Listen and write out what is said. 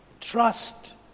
trust